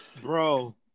Bro